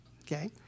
Okay